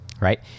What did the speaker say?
Right